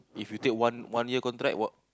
if you take one one year contract what